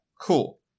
Cool